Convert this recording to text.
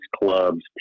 clubs